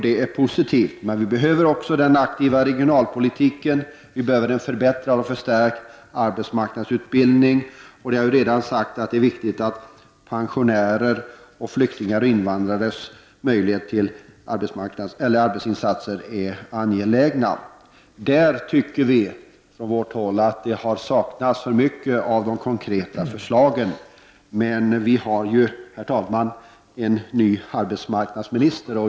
Det är positivt, men vi behöver också en aktiv regionalpolitik och en förbättrad och förstärkt arbetsmarknadsutbildning. Vi har redan sagt att det är viktigt att pensionärers samt flyktingars och invandrares möjligheter att göra arbetsinsatser blir större. Vi anser att det på det området i alltför stor utsträckning har saknats konkreta förslag. Men vi har ju, herr talman, fått en ny arbetsmarknadsminister.